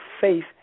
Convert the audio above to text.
faith